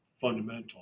fundamental